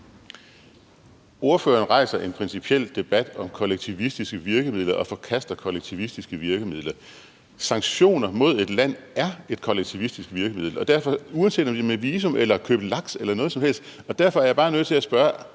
Ordføreren rejser en principiel debat om kollektivistiske virkemidler og forkaster kollektivistiske virkemidler. Sanktioner mod et land er et kollektivistisk virkemiddel, uanset om det er i forhold til et visum, for at købe laks eller noget som helst. Og derfor er jeg bare nødt til at spørge: